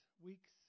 weeks